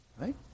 right